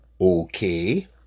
Okay